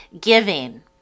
giving